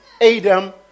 Adam